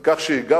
על כך שהגבנו,